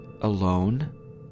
alone